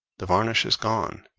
the varnish is gone